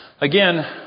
Again